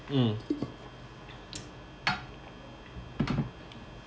mm